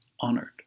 honored